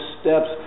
steps